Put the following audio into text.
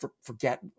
forget